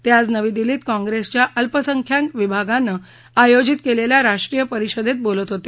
ते आज नवी दिल्लीत काँग्रेसच्या अल्पसंख्याक विभागानं आयोजित केलेल्या राष्ट्रीय परिषदेत बोलत होते